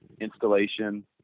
installation